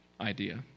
idea